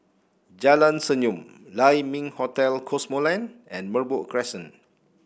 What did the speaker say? Jalan Senyum Lai Ming Hotel Cosmoland and Merbok Crescent